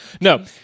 No